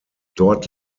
dort